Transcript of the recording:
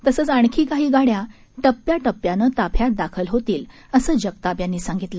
तसंच आणखी काही गाड्या टप्याटप्यानं ताफ्यात दाखल होतील असं जगताप यांनी सांगितलं